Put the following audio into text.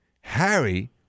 Harry